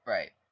Right